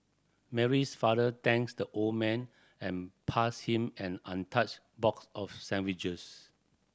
Mary's father thanks the old man and passed him an untouched box of sandwiches